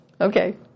Okay